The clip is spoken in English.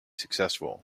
successful